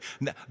Now